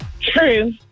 True